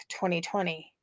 2020